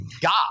God